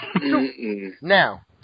Now